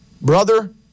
brother